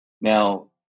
Now